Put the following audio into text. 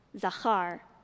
Zachar